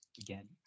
again